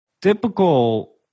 typical